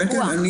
פיקוח.